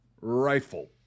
rifle